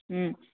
ꯎꯝ